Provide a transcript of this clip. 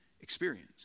experience